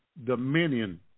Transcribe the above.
dominion